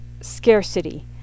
scarcity